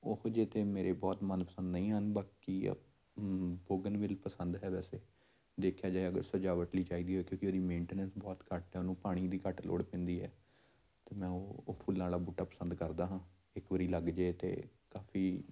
ਉਹ ਜਿਹੇ ਤਾਂ ਮੇਰੇ ਬਹੁਤ ਮਨਪਸੰਦ ਨਹੀਂ ਹਨ ਬਾਕੀ ਅ ਪੋਗਨ ਵੇਲੇ ਪਸੰਦ ਹੈ ਵੈਸੇ ਦੇਖਿਆ ਜਾਏ ਅਗਰ ਸਜਾਵਟ ਲਈ ਚਾਹੀਦੀ ਹੋਵੇ ਕਿਉਂਕਿ ਉਹਦੀ ਮੈਂਟੇਨੈਂਸ ਬਹੁਤ ਘੱਟ ਆ ਉਹਨੂੰ ਪਾਣੀ ਦੀ ਘੱਟ ਲੋੜ ਪੈਂਦੀ ਹੈ ਅਤੇ ਮੈਂ ਉਹ ਉਹ ਫੁੱਲਾਂ ਵਾਲਾ ਬੂਟਾ ਪਸੰਦ ਕਰਦਾ ਹਾਂ ਇੱਕ ਵਾਰੀ ਲੱਗ ਜਾਏ ਤਾਂ ਕਾਫੀ